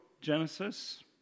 Genesis